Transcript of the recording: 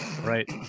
right